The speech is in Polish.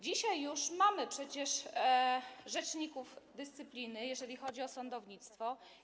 Dzisiaj już mamy przecież rzeczników dyscypliny, jeżeli chodzi o sądownictwo.